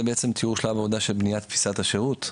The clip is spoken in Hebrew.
זה בעצם תיאור שלב עבודה של בניית תפיסת השירות.